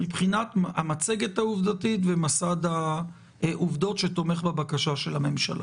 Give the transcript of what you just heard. מבחינת המצגת העובדתית ומסד העובדות שתומך בבקשה של הממשלה.